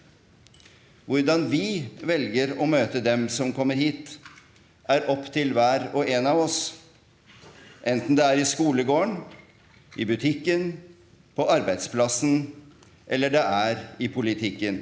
Hvordan vi velger å møte dem som kommer hit, er opp til hver og en av oss. Enten det er i skolegården, i butikken, på arbeidsplassen, eller det er i politikken,